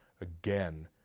again